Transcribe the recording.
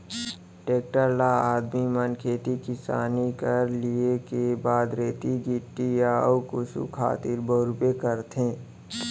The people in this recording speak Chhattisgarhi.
टेक्टर ल आदमी मन खेती किसानी कर लिये के बाद रेती गिट्टी या अउ कुछु खातिर बउरबे करथे